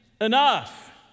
enough